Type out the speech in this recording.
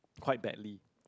quite badly